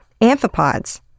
amphipods